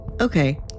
Okay